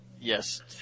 yes